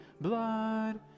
blood